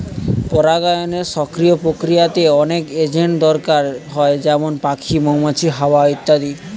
পরাগায়নের সক্রিয় প্রক্রিয়াতে অনেক এজেন্ট দরকার হয় যেমন পাখি, মৌমাছি, হাওয়া ইত্যাদি